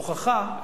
הוכחה,